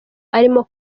arimo